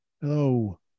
Hello